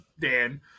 dan